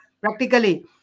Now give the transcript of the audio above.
practically